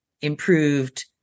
improved